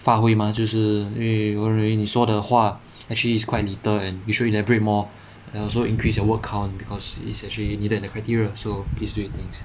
发挥吗就是我认为你说的话 actually is quite little and you should elaborate more and also increase your word count because it's actually needed in the criteria so please